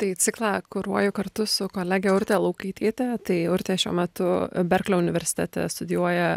tai ciklą kuruoju kartu su kolege urte laukaityte tai urtė šiuo metu berklio universitete studijuoja